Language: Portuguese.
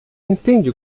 entende